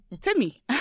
Timmy